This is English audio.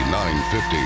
950